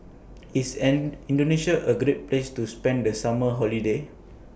IS Indonesia A Great Place to spend The Summer Holiday